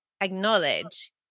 acknowledge